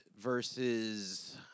versus